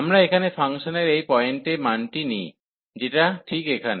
আমরা এখানে ফাংশনের এই পয়েন্টে মানটি নিই যেটা ঠিক এখানে